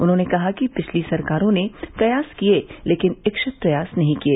उन्होंने कहा कि पिछली सरकारों ने प्रयास किए लेकिन इच्छित प्रयास नहीं किए